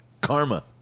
karma